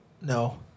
No